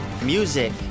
music